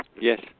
Yes